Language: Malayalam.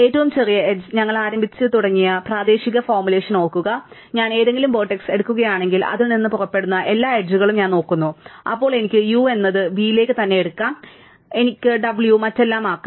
ഏറ്റവും ചെറിയ എഡ്ജ് ഞങ്ങൾ ആരംഭിച്ച ഇടുങ്ങിയ പ്രാദേശിക ഫോർമുലേഷൻ ഓർക്കുക ഞാൻ ഏതെങ്കിലും വെർട്ടെക്സ് എടുക്കുകയാണെങ്കിൽ അതിൽ നിന്ന് പുറപ്പെടുന്ന എല്ലാ എഡ്ജുകളും ഞാൻ നോക്കുന്നു അപ്പോൾ എനിക്ക് u എന്നത് v ലേക്ക് തന്നെ എടുക്കാം എനിക്ക് എടുക്കാം w മറ്റെല്ലാം ആകാൻ